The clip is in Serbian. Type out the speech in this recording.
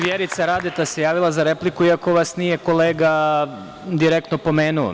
Vjerica Radeta se javila za repliku, iako vas nije kolega direktno pomenuo.